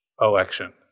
election